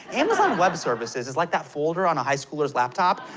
amazon web services is like that folder on a high schooler's laptop,